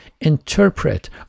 interpret